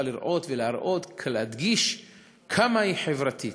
לראות ולהראות להדגיש כמה היא חברתית.